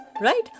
right